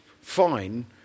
Fine